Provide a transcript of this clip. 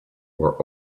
were